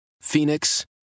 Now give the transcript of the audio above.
Phoenix